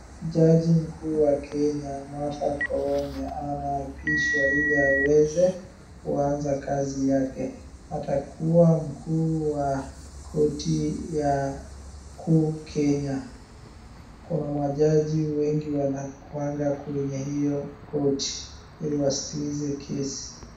Jaji mkuu wa Kenya Martha Koome anaapishwa ili aweze kuaza kazi yake. Atakuwa mkuu wa korti ya kuu Kenya. Kuna majaji wengi wanakuaga kwenye hio korti ili wasikilize kesi.